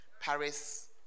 Paris